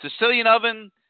SicilianOven